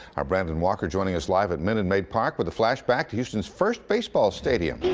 brandon walker joining us live at minute maid park with a flash back to houston's first basebal stadium.